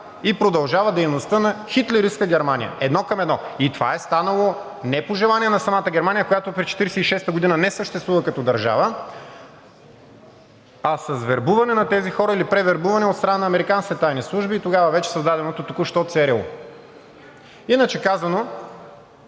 и продължава дейността на хитлеристка Германия – едно към едно. И това е станало не по желание на самата Германия, която през 1946 г. не съществува като държава, а с вербуване на тези хора или превербуване от страна на американските тайни служби и тогава вече създаденото току-що ЦРУ. Иначе казано,